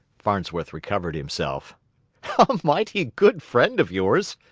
farnsworth recovered himself. a mighty good friend of yours,